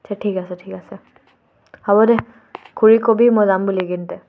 আচ্ছা ঠিক আছে ঠিক আছে হ'ব দে খুৰীক ক'বি মই যাম বুলি এই কেইদিনতে